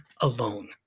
alone